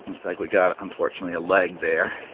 like we got, unfortunately, a leg there